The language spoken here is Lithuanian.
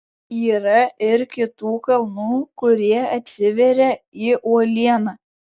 yra ir kitų kanalų kurie atsiveria į uolieną